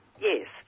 Yes